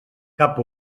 cap